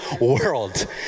world